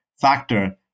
factor